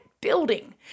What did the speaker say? building